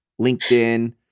LinkedIn